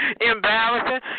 Embarrassing